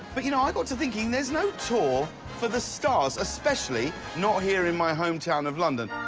but you know i got to thinking there is no tour for the stars, especially not here in my hometown of london.